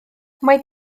mae